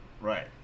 Right